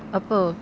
apa